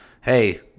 hey